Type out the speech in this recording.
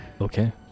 Okay